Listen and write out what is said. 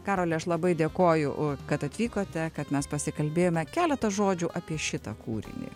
karoli aš labai dėkoju kad atvykote kad mes pasikalbėjome keletą žodžių apie šitą kūrinį